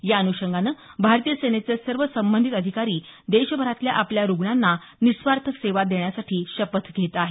या अनुशंगानं भारतीय सेनेचे सर्व संबंधित अधिकारी देशभरातल्या आपल्या रूग्णांना निस्वार्थ सेवा देण्यासाठी शपथ घेत आहेत